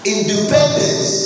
Independence